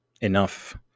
Enough